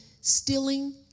stealing